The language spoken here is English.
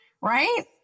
right